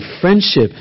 friendship